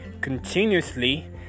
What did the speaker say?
continuously